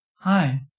Hi